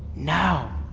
now,